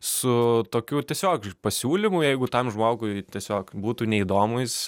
su tokiu tiesiog ž pasiūlymu jeigu tam žmogui tiesiog būtų neįdomu jis